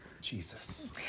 Jesus